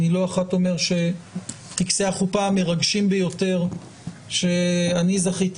אני לא אחת אומר שטקסי החופה המרגשים ביותר שאני זכיתי